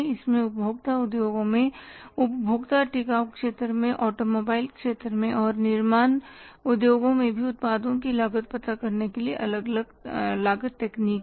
इसमें उपभोक्ता उद्योगों में उपभोक्ता टिकाऊ क्षेत्र में ऑटोमोबाइल क्षेत्र में और निर्माण उद्योगों में भी उत्पादों की लागत पता करने के लिए लागत तकनीक है